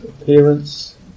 appearance